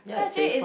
so actually is